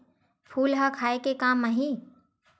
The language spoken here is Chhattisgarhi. फूल ह खाये के काम आही?